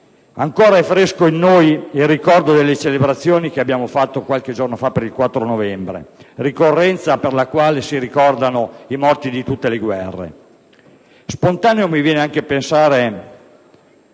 Ancora è fresco in noi il ricordo delle celebrazioni che abbiamo fatto qualche giorno fa per il 4 novembre, ricorrenza con la quale si ricordano i morti di tutte le guerre. Mi viene spontaneo pensare